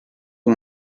uno